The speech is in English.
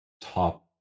top